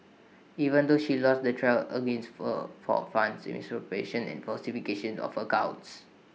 even though she lost the trial against fur for funds misappropriation and falsification of accounts